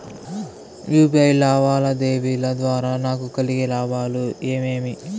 UPI లావాదేవీల ద్వారా నాకు కలిగే లాభాలు ఏమేమీ?